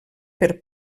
per